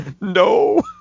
No